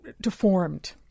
deformed